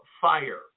fire